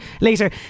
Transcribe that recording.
Later